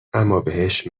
امابهش